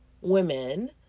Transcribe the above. women